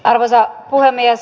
arvoisa puhemies